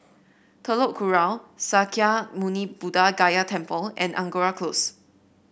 Telok Kurau Sakya Muni Buddha Gaya Temple and Angora Close